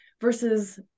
versus